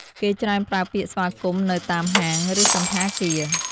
គេច្រើនប្រើពាក្យស្វាគមន៍ នៅតាមហាង ឬសណ្ឋាគារ ។